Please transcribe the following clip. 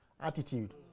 attitude